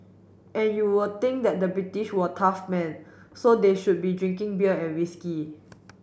and you would think that the British were tough men so they should be drinking beer and whisky